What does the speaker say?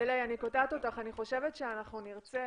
סליי, אני קוטעת אותך, אני חושבת שאנחנו נרצה